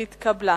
נתקבלה.